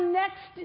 next